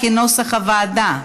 כנוסח הוועדה.